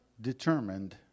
determined